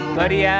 Buddy